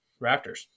Raptors